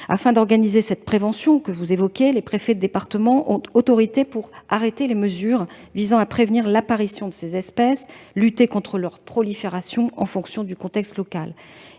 Afin d'organiser la prévention que vous évoquez, les préfets de département ont autorité pour arrêter les mesures visant à prévenir l'apparition de ces espèces ou à lutter contre leur prolifération en fonction du contexte local.